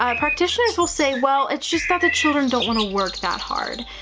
ah practitioners will say, well, it's just that the children don't want to work that hard.